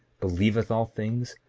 believeth all things,